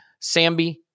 Sambi